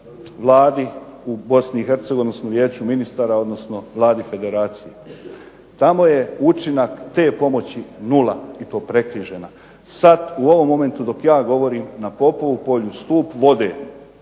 Hercegovini, odnosno vijeću ministara, odnosno Vladi Federacije. Tamo je učinak te pomoći nula i to prekrižena. Sad u ovom momentu dok ja govorim na Popovu polju stup vode